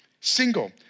single